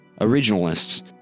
originalists